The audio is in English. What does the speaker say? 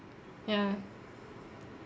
ya